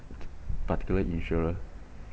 particular insurer